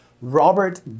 Robert